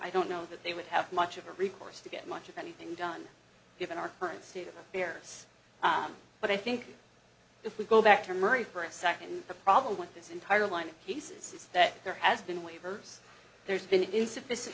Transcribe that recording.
i don't know that they would have much of a recourse to get much of anything done given our current state of affairs but i think if we go back to murray for a second the problem with this entire line he says that there has been waivers there's been insufficient